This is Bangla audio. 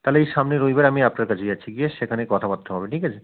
তাহলে এই সামনের রবিবার আমি আপনার কাছে যাচ্ছি গিয়ে সেখানেই কথাবার্তা হবে ঠিক আছে